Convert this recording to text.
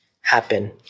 happen